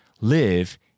live